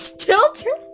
children